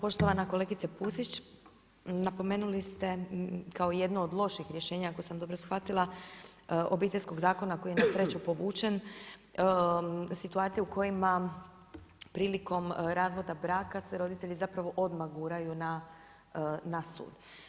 Poštovana kolegice Pusić, napomenuli ste kao jedno od loših rješenja ako sam dobro shvatila Obiteljskog zakona koji je na sreću povučen, situacija u kojima prilikom razvoda braka se roditelji zapravo odmah guraju na sud.